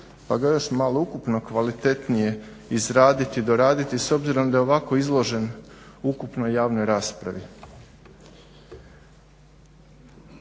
pa ga još malo ukupno kvalitetnije izraditi, doraditi s obzirom da je ovako izložen ukupnoj javnoj raspravi.